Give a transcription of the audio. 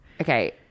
Okay